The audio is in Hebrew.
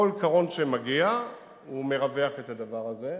כל קרון שמגיע מרווח את הדבר הזה,